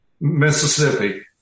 Mississippi